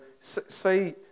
say